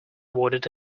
awarded